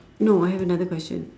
no I have another question